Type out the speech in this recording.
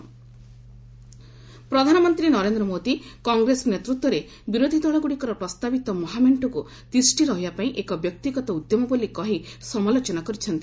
PM opposition ପ୍ରଧାନମନ୍ତ୍ରୀ ନରେନ୍ଦ୍ର ମୋଦି କଂଗ୍ରେସ ନେତୃତ୍ୱରେ ବିରୋଧୀ ଦଳ ଗୁଡିକର ପ୍ରସ୍ତାବିତ ମହାମେଣ୍ଟକୁ ତିଷ୍ଠି ରହିବା ପାଇଁ ଏକ ବ୍ୟକ୍ତିଗତ ଉଦ୍ୟମ ବୋଲି କହି ସମାଲୋଚନା କରିଛନ୍ତି